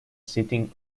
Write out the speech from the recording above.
sitting